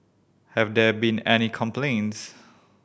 have there been any complaints